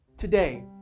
Today